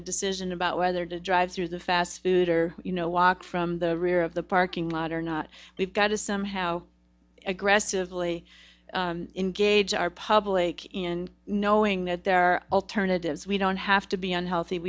the decision about whether to drive through the fast food or you know walk from the rear of the parking lot or not we've got to somehow aggressively engage our public in knowing that there are alternatives we don't have to be unhealthy